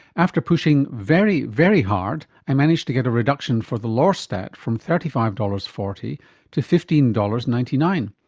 after pushing very, very hard, i managed to get a reduction for the lorstat from thirty five dollars. forty to fifteen dollars. ninety nine,